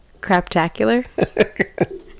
craptacular